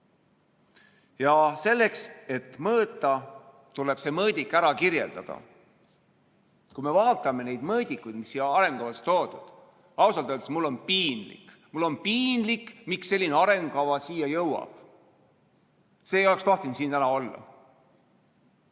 Ja selleks, et mõõta, tuleb mõõdikud ära kirjeldada. Kui me vaatame neid mõõdikuid, mis on siin arengukavas toodud, siis ausalt öeldes mul on piinlik. Mul on piinlik, et selline arengukava siia on jõudnud. See ei oleks tohtinud siin täna olla.